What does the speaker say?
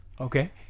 okay